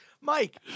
Mike